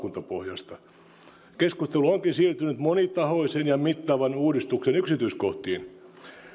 hallituksen valitsemasta maakuntapohjasta keskustelu onkin siirtynyt monitahoisen ja mittavan uudistuksen yksityiskohtiin